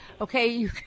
Okay